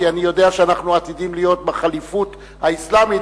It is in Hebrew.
כי אני יודע שאנחנו עתידים להיות בח'ליפות האסלאמית,